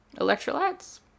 Electrolytes